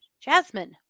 Jasmine